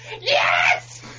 Yes